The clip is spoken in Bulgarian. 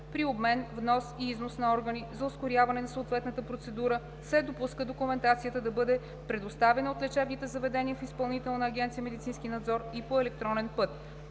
При обмен, внос и износ на органи за ускоряване на съответната процедура се допуска документацията да бъде предоставяна от лечебните заведения в Изпълнителна агенция „Медицински надзор“ и по електронен път.“